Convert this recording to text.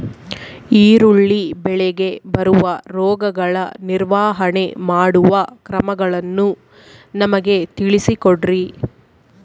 ಈರುಳ್ಳಿ ಬೆಳೆಗೆ ಬರುವ ರೋಗಗಳ ನಿರ್ವಹಣೆ ಮಾಡುವ ಕ್ರಮಗಳನ್ನು ನಮಗೆ ತಿಳಿಸಿ ಕೊಡ್ರಿ?